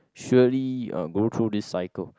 surely go through this cycle